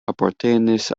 apartenis